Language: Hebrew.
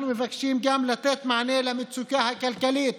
אנחנו מבקשים גם לתת מענה למצוקה הכלכלית